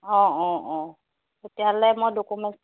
অঁ অঁ অঁ তেতিয়াহ'লে মই ডকুমেণ্টছ